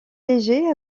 léger